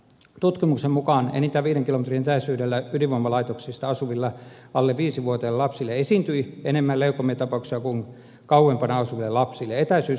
tutkimuksen mukaan enintään viiden kilometrin etäisyydellä ydinvoimalaitoksista asuvilla alle viisivuotiailla lapsilla esiintyi enemmän leukemiatapauksia kuin kauempana asuvilla lapsilla